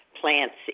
plants